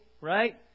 right